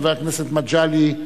חבר הכנסת מגלי,